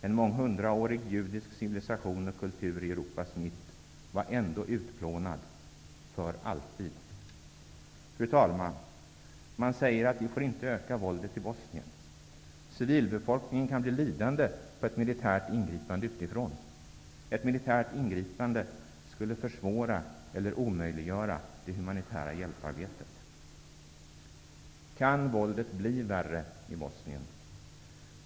En månghundraårig judisk civilisation och kultur i Europas mitt var ändå utplånad -- för alltid. Fru talman! Man säger att vi inte får öka våldet i Bosnien. Civilbefolkningen kan bli lidande på ett militärt ingripande utifrån. Ett militärt ingripande skulle försvåra eller omöjliggöra det humanitära hjälparbetet. Kan våldet bli värre i Bosnien?